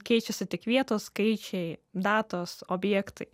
keičiasi tik vietos skaičiai datos objektai